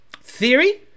theory